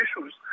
issues